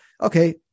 okay